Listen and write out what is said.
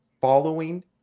following